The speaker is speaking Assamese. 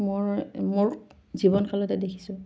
মোৰ মোক জীৱন কালতে দেখিছোঁ